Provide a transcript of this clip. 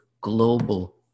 global